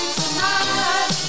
tonight